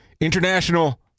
International